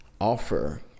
offer